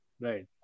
Right